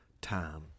time